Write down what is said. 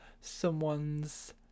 someone's